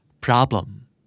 Problem